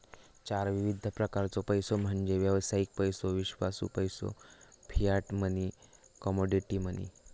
चार विविध प्रकारचो पैसो म्हणजे व्यावसायिक पैसो, विश्वासू पैसो, फियाट मनी, कमोडिटी मनी